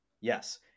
Yes